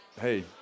hey